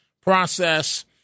process